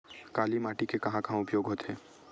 काली माटी के कहां कहा उपयोग होथे?